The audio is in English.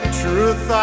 truth